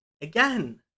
Again